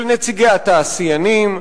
של נציגי התעשיינים,